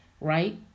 Right